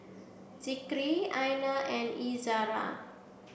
Zikri Aina and Izzara